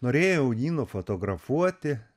norėjau jį nufotografuoti